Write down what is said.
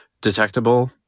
detectable